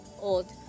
old